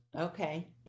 Okay